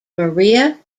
maria